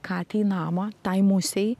katei namą tai musei